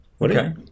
Okay